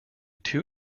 two